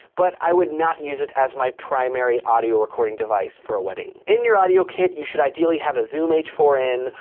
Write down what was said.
but i would not use it as my primary audio recording device for a wedding. in your audio kit, you should ideally have a zoom h four n,